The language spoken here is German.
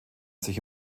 sich